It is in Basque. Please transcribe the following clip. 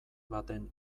baten